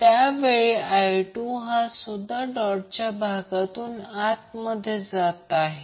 तर ω2 ω 1ω0 ω0 CR हे आपण पाहिले आहे